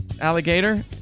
Alligator